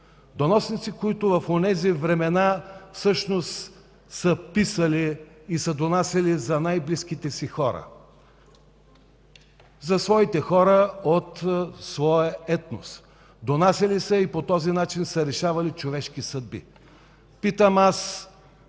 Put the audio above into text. Доносници, които в онези времена всъщност са писали и донасяли за най-близките си хора, за своите хора от своя етнос. Донасяли са и по този начин са решавали човешки съдби. Питам аз